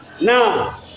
now